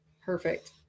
Perfect